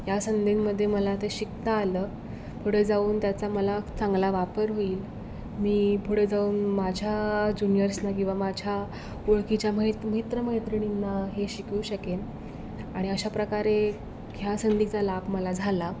या संधींमध्ये मला ते शिकता आलं पुढं जाऊन त्याचा मला चांगला वापर होईल मी पुढं जाऊन माझ्या ज्युनिअर्सला किंवा माझ्या ओळखीच्या म्हैत मित्रमैत्रिणींना हे शिकवू शकेन आणि अशा प्रकारे ह्या संधीचा लाभ मला झाला